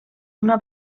una